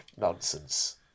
nonsense